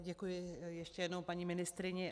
Děkuji ještě jednou paní ministryni.